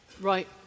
Right